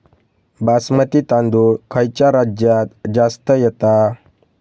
बासमती तांदूळ खयच्या राज्यात जास्त येता?